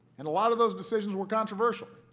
and a lot of those decisions were controversial.